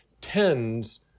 tends